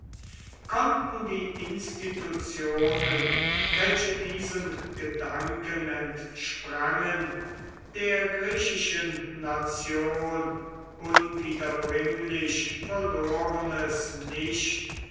konnten die institutionen welche diesem gedanken entsprangen der griechischen nation unwiederbringlich verlorenes nicht